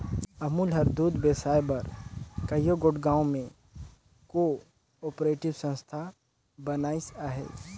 अमूल हर दूद बेसाए बर कइयो गोट गाँव में को आपरेटिव संस्था बनाइस अहे